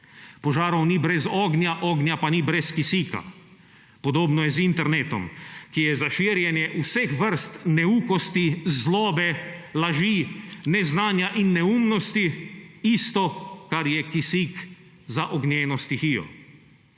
Požarov ni brez ognja, ognja pa ni brez kisika. Podobno je z internetom, ki je za širjenje vseh vrst neukosti, zlobe, laži, neznanja in neumnosti isto, kar je kisik za ognjeno stihijo.